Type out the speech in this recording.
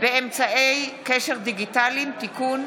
באמצעי קשר דיגיטליים (תיקון,